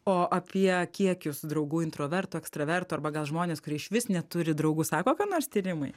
o apie kiekius draugų introverto ekstraverto arba gal žmones kurie išvis neturi draugų sako ką nors tyrimai